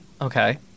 Okay